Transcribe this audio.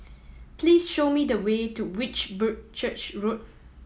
please show me the way to which church Road